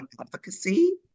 advocacy